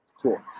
Cool